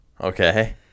okay